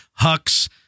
Hux